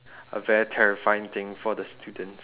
a very terrifying thing for the students